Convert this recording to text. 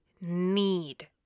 need